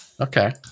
Okay